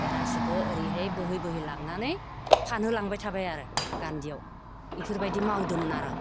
रासोखौ ओरैहाय बोहै बोहै लांनानै फानहोलांबाय थाबाय आरो गान्दियाव बेफोरबायदि मावदोंमोन आरो